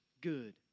good